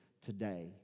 today